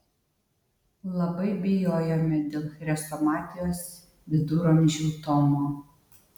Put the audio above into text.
labai bijojome dėl chrestomatijos viduramžių tomo